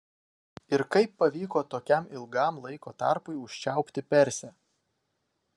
ir kaip pavyko tokiam ilgam laiko tarpui užčiaupti persę